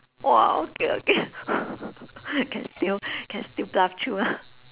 !wow! okay okay can still can still bluff through lah